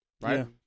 right